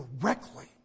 directly